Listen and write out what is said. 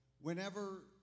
Whenever